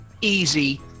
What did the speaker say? easy